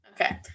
Okay